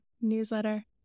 newsletter